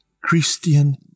Christian